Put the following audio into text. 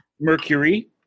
mercury